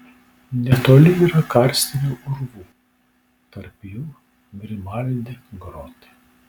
netoli yra karstinių urvų tarp jų grimaldi grota